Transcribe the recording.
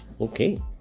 Okay